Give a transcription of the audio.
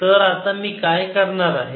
तर आता मी काय करणार आहे